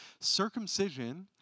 Circumcision